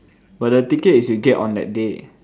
but the tickets is you get on that day